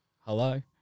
Hello